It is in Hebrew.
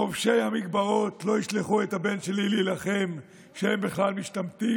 חובשי המגבעות לא ישלחו את הבן שלי להילחם כשהם בכלל משתמטים.